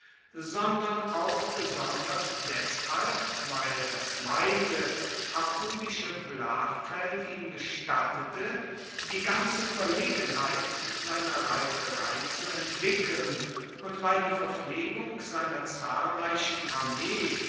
sondern auch besonders deshalb weil das weite apulische blachfeld ihm gestattete die ganze ueberlegenheit seiner reiterei zu entwickeln und weil die verpflegung seiner zahlreichen armee